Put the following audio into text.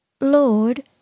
Lord